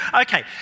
Okay